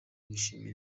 bishimira